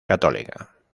católica